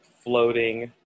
floating